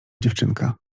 dziewczynka